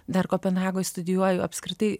dar kopenhagoj studijuoju apskritai